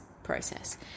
Process